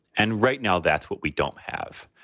and right now, that's what we don't have.